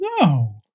No